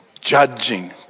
Judging